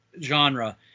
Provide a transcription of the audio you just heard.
genre